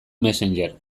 messenger